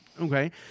Okay